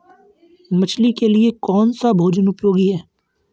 मछली के लिए कौन सा भोजन उपयोगी है?